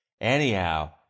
Anyhow